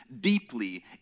deeply